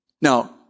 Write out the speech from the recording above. Now